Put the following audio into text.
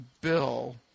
bill